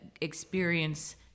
experience